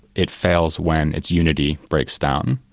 it fails when its unity breaks down.